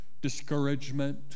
discouragement